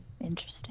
interesting